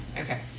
Okay